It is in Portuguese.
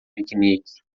piquenique